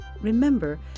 Remember